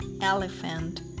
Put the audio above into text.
elephant